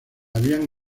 habían